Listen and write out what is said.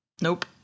nope